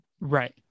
Right